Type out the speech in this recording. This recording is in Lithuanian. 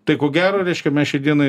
tai ko gero reiškia mes šiai dienai